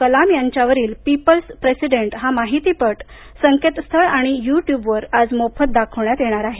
कलाम यांच्यावरील people's president हा माहितीपट संकेतस्थळ आणि यू ट्यूबवर मोफत दाखवण्यात येणार आहे